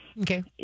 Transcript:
Okay